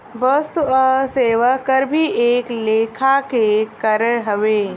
वस्तु आ सेवा कर भी एक लेखा के कर हवे